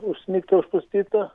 užsnigta užpustyta